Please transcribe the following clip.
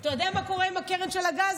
אתה יודע מה קורה עם הקרן של הגז?